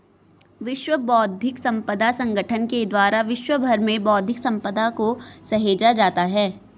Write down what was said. विश्व बौद्धिक संपदा संगठन के द्वारा विश्व भर में बौद्धिक सम्पदा को सहेजा जाता है